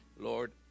Lord